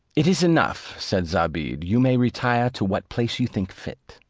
it is enough, said zobeide you may retire to what place you think fit.